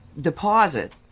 deposit